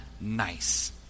nice